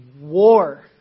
war